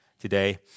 today